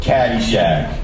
Caddyshack